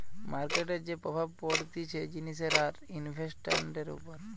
মার্কেটের যে প্রভাব পড়তিছে জিনিসের আর ইনভেস্টান্টের উপর